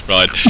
Right